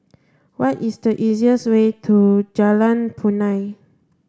what is the easiest way to Jalan Punai